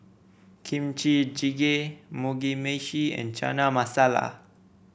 Kimchi Jjigae Mugi Meshi and Chana Masala